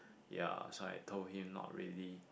ya so I told him not really